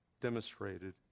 demonstrated